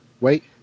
wait